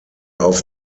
auf